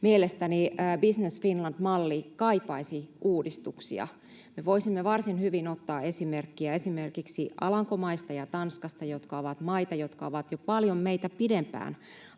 mielestäni Business Finland ‑malli kaipaisi uudistuksia. Me voisimme varsin hyvin ottaa esimerkkiä esimerkiksi Alankomaista ja Tanskasta, jotka ovat maita, jotka ovat jo paljon meitä pidempään